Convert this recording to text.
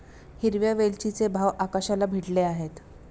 हिरव्या वेलचीचे भाव आकाशाला भिडले आहेत